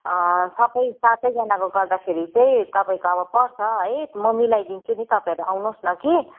अँ सबै सातैजनाको गर्दाखेरि चाहिँ तपाईँको अब पर्छ है म मिलाइदिन्छु नि तपाईँहरू आउनुहोस् न कि